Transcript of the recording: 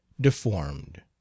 deformed